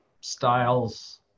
styles